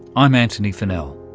i'm antony funnell.